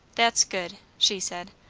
that's good! she said.